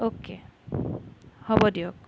okay হ'ব দিয়ক